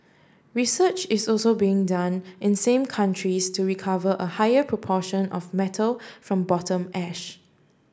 research is also being done in some countries to recover a higher proportion of metal from bottom ash